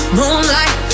moonlight